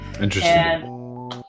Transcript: Interesting